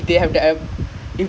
oh oh oh